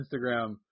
instagram